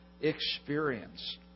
experience